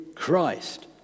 Christ